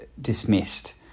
dismissed